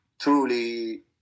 truly